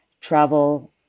travel